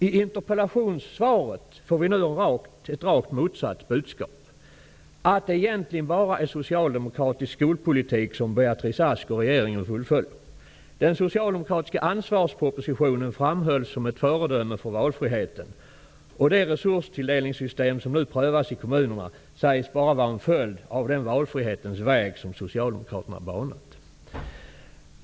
I interpellationssvaret får vi nu ett rakt motsatt budskap. Det är egentligen socialdemokratisk skolpolitik som Beatrice Ask och regeringen fullföljer. Den socialdemokratiska Ansvarspropositionen framhölls som ett föredöme när det gäller valfriheten. Det resurstilldelningssystem som nu prövas i kommunerna sägs bara vara en följd av den valfrihetens väg som Socialdemokraterna banat.